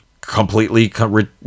completely